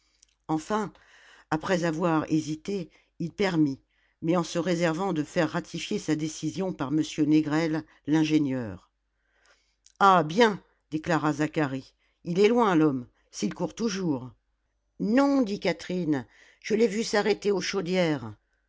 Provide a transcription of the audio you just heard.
enfin après avoir hésité il permit mais en se réservant de faire ratifier sa décision par m négrel l'ingénieur ah bien déclara zacharie il est loin l'homme s'il court toujours non dit catherine je l'ai vu s'arrêter aux chaudières